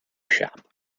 shop